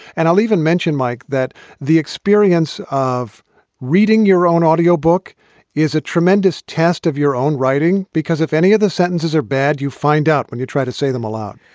and i'll even mentioned, mike, that the experience of reading your own audio book is a tremendous test of your own writing, because if any of the sentences are bad, you find out when you try to say them aloud